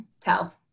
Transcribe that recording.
tell